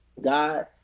God